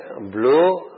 blue